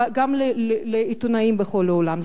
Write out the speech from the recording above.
וגם לעיתונאים בכל העולם,